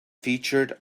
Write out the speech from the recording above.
featured